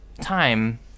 time